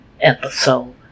episode